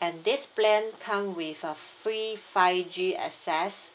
and this plan come with a free five G access